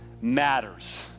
matters